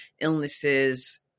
illnesses